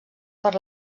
per